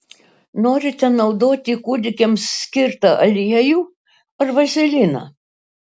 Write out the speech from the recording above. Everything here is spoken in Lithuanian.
norite naudoti kūdikiams skirtą aliejų ar vazeliną